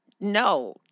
no